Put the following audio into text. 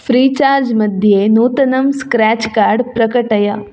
free charge मध्ये नूतनं scratch card प्रकटय